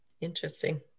interesting